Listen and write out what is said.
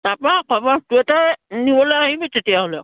তাৰপৰা কবাৰ চুৱেটাৰ নিবলৈ আহিবি তেতিয়াহ'লে